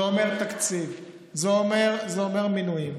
זה אומר תקציב, זה אומר מינויים,